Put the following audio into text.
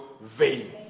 vain